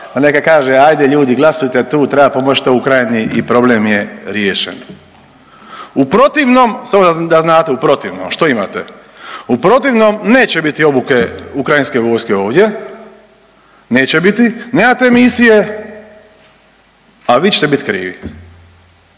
pa neka kaže ajde ljudi glasujte tu, treba pomoć toj Ukrajini i problem je riješen. U protivnom, samo da znate u protivnom što imate, u protivnom neće biti obuke ukrajinske vojske ovdje, neće biti, nema te misije, a vi ćete bit krivi.